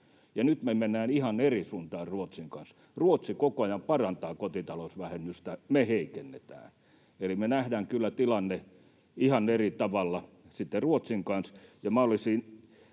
nyt me mennään ihan eri suuntaan Ruotsin kanssa. Ruotsi koko ajan parantaa kotitalousvähennystä, me heikennetään. Eli me nähdään kyllä tilanne ihan eri tavalla Ruotsin kanssa,